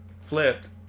flipped